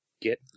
get